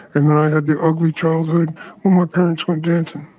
and then i had the ugly childhood when my parents went dancing.